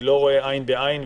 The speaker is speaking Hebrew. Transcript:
אני לא רואה עין בעין,